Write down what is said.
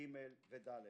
ג' ו-ד'.